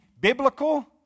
biblical